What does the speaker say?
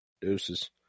Deuces